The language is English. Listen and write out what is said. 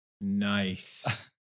Nice